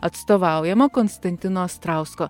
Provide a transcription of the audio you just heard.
atstovaujama konstantino astrausko